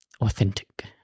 authentic